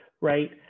right